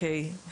אוקיי,